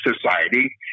society